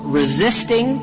resisting